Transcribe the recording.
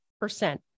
percent